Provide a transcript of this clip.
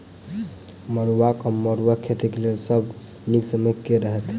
मरुआक वा मड़ुआ खेतीक लेल सब सऽ नीक समय केँ रहतैक?